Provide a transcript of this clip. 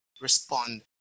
respond